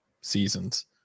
seasons